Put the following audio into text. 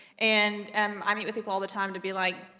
and, um, i meet with people all the time to be like,